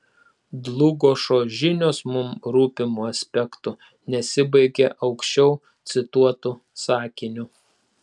dlugošo žinios mums rūpimu aspektu nesibaigia aukščiau cituotu sakiniu